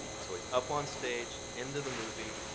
so he's up on stage, end of the movie.